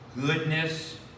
goodness